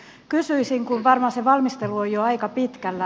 kysyisin kun varmaan se valmistelu on jo aika pitkällä